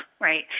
right